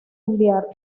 enviar